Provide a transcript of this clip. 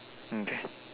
okay